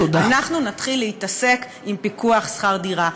אנחנו נתחיל להתעסק עם פיקוח על שכר דירה.